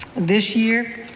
this year,